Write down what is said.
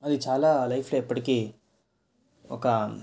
అది చాలా లైఫ్లో ఎప్పటికీ ఒక